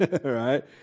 right